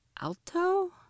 Alto